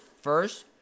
first